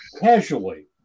Casually